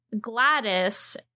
Gladys